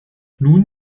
nun